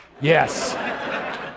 yes